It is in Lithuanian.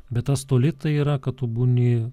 bet tas toli tai yra kad tu būni